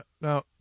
now